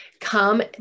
come